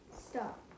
stop